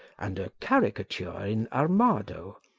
and a caricature in armado,